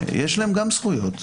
יש להם גם זכויות.